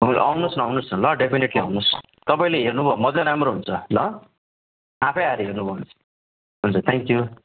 तपाईँ आउनुहोस् न आउनुहोस् न ल डेफिनेट्ली आउनुहोस् तपाईँले हेर्नुभयो पनि अझै राम्रो हुन्छ ल आफै आएर हेर्नु हुन्छ थ्याङ्क्यु